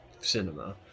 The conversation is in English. cinema